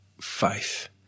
faith